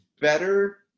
better